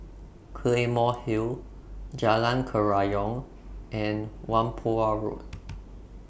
Claymore Hill Jalan Kerayong and Whampoa Road